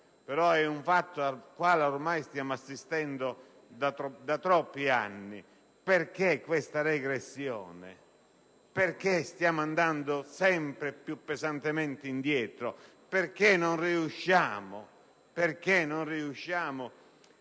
di un fatto al quale stiamo assistendo da troppi anni. Perché questa regressione? Perché stiamo andando sempre più pesantemente indietro? Perché non riusciamo a raddrizzare